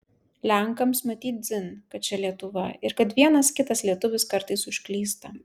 lenkams matyt dzin kad čia lietuva ir kad vienas kitas lietuvis kartais užklysta